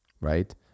Right